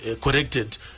corrected